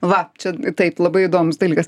va čia taip labai įdomus dalykas